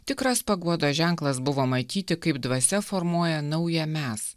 tikras paguodos ženklas buvo matyti kaip dvasia formuoja naują mes